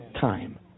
time